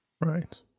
right